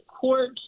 court